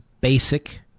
basic